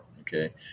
Okay